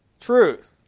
truth